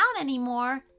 anymore